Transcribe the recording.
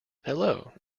hello